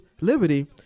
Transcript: liberty